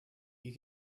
you